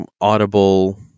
Audible